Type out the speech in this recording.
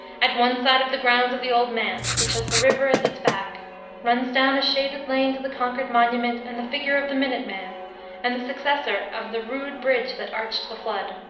at one side of the grounds of the old manse which has the river at its back runs down a shaded lane to the concord monument and the figure of the minute man and the successor of the rude bridge that arched the flood.